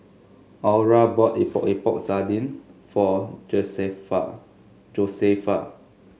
Aura bought Epok Epok Sardin for Josefa